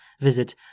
visit